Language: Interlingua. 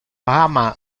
ama